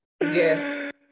Yes